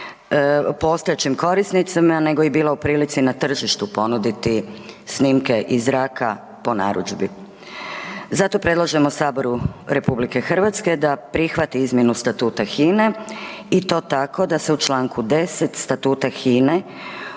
postojećim korisnicima, nego i bila u prilici na tržištu ponuditi snimke iz zraka po narudžbi. Zato predlažemo Saboru RH da prihvati izmjenu Statuta HINA-e i to tako da se u čl. 10 Statuta HINA-e